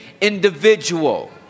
individual